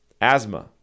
asthma